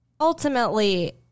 ultimately